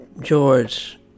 George